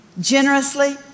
generously